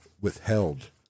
withheld